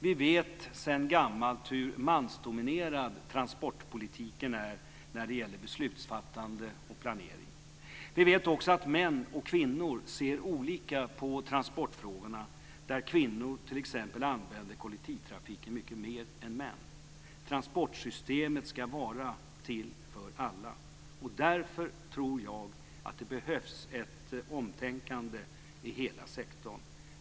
Vi vet sedan gammalt hur mansdominerad transportpolitiken är när det gäller beslutsfattande och planering. Vi vet också att män och kvinnor ser olika på transportfrågorna. Kvinnor använder t.ex. kollektivtrafiken mycket mer än män. Transportsystemet ska vara till för alla. Därför tror jag att man behöver tänka om i hela sektorn.